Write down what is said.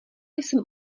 jsem